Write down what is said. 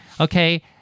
okay